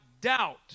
doubt